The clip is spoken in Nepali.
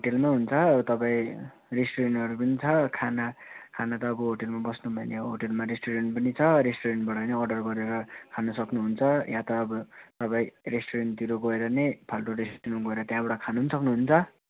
होटलमा हुन्छ अब तपाईँ रेस्टुरेन्टहरू पनि छ खाना खाना त अब होटलमा बस्नुभयो भने अब होटलमा रेस्टुरेन्ट पनि छ रेस्टुरेन्टबाट नै अर्डर गरेर खानु सक्नुहुन्छ यहाँ त अब तपाईँ रेस्टुरेन्टतिर गएर नै फाल्टु रेस्टुरेन्टमा गएर त्यहाँबाट खानु पनि सक्नुहुन्छ